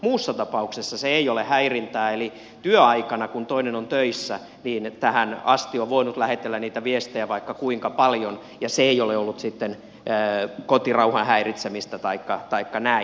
muussa tapauksessa se ei ole häirintää eli työaikana kun toinen on töissä tähän asti on voinut lähetellä niitä viestejä vaikka kuinka paljon ja se ei ole ollut sitten kotirauhan häiritsemistä taikka näin